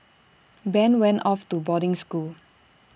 Ben went off to boarding school